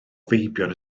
feibion